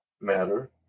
matter